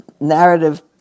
narrative